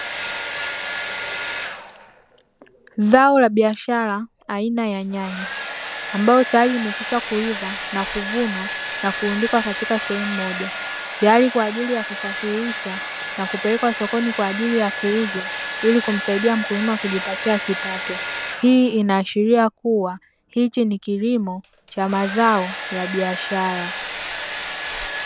Zao la biashara aina ya nyanya ambalo tayari limekwisha kuiva na kuvunwa na kurundikwa katika sehemu moja, tayari kwa ajili ya kusafirishwa na kupelekwa sokoni kwa ajili ya kuuzwa ili kumsaidia mkulima kujipatia kipato. Hii inaashiria kuwa hiki ni kilimo cha mazao ya biashara.